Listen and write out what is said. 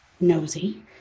nosy